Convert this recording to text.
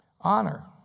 Honor